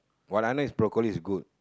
but onion and broccoli is good